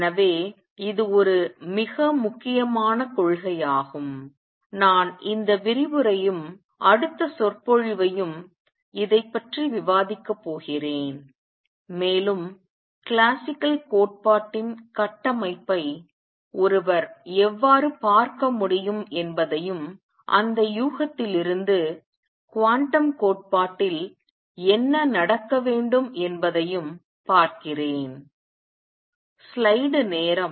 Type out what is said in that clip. எனவே இது ஒரு மிக முக்கியமான கொள்கையாகும் நான் இந்த விரிவுரையையும் அடுத்த சொற்பொழிவையும் இதைப் பற்றி விவாதிக்கப் போகிறேன் மேலும் கிளாசிக்கல் கோட்பாட்டின் கட்டமைப்பை ஒருவர் எவ்வாறு பார்க்க முடியும் என்பதையும் அந்த யூகத்திலிருந்து குவாண்டம் கோட்பாட்டில் என்ன நடக்க வேண்டும் என்பதையும் பார்க்கிறேன்